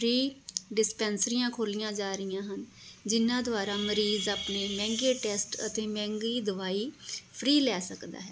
free ਡਿਸਪੈਂਸਰੀਆਂ ਖੋਲ੍ਹੀਆਂ ਜਾ ਰਹੀਆਂ ਹਨ ਜਿਹਨਾਂ ਦੁਆਰਾ ਮਰੀਜ਼ ਆਪਣੇ ਮਹਿੰਗੇ ਟੈਸਟ ਅਤੇ ਮਹਿੰਗੀ ਦਵਾਈ ਫਰੀ ਲੈ ਸਕਦਾ ਹੈ